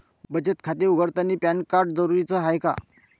बचत खाते उघडतानी पॅन कार्ड जरुरीच हाय का?